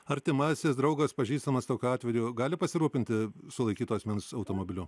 artimasis draugas pažįstamas tokiu atveju gali pasirūpinti sulaikyto asmens automobiliu